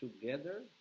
together